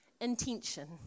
intention